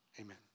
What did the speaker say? Amen